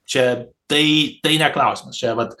čia tai tai ne klausimas čia vat